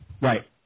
Right